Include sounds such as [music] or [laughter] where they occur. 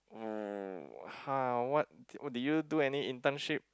[noise] !huh! what d~ did you do any internship